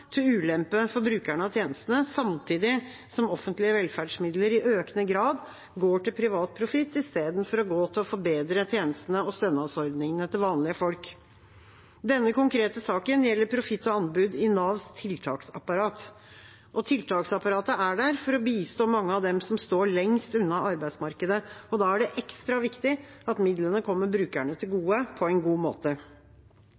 til ulempe for brukerne av tjenestene, samtidig som offentlige velferdsmidler i økende grad går til privat profitt istedenfor å gå til å forbedre tjenestene og stønadsordningene til vanlige folk. Denne konkrete saken gjelder profitt og anbud i Navs tiltaksapparat. Tiltaksapparatet er der for å bistå mange av dem som står lengst unna arbeidsmarkedet. Da er det ekstra viktig at midlene kommer brukerne til